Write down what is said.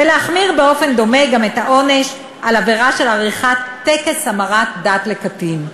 ולהחמיר באופן דומה גם את העונש על עבירה של עריכת טקס המרת דת לקטין.